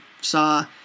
saw